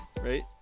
right